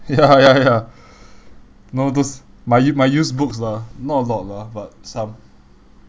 ya ya ya you know those my u~ my used books lah not a lot lah but some